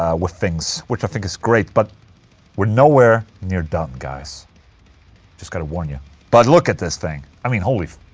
ah with things. which i think is great, but we're nowhere near done, guys just gotta warn you but look at this thing. i mean, holy f